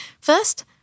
First